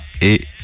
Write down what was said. et